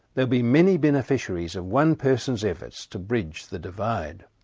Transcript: there'll be many beneficiaries of one person's efforts to bridge the divide.